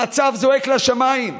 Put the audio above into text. המצב זועק לשמיים.